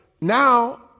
now